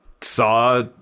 saw